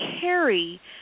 carry